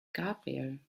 gabriel